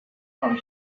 from